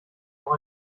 auch